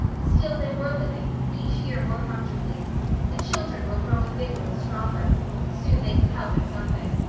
still they were living, each year more comfortably the children were growing bigger and stronger soon they could help at something,